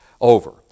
over